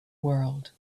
world